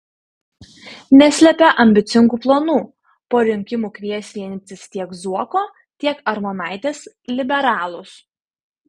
neslepia ambicingų planų po rinkimų kvies vienytis tiek zuoko tiek armonaitės liberalus